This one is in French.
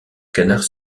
canards